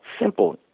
simple